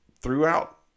throughout